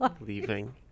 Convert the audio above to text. Leaving